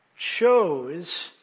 chose